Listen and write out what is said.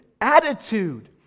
attitude